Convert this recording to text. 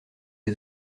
des